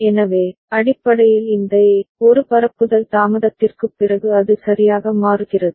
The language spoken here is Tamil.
எனவே அடிப்படையில் இந்த A ஒரு பரப்புதல் தாமதத்திற்குப் பிறகு அது சரியாக மாறுகிறது